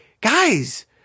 guys